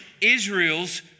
Israel's